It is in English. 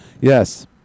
Yes